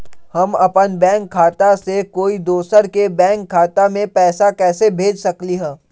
हम अपन बैंक खाता से कोई दोसर के बैंक खाता में पैसा कैसे भेज सकली ह?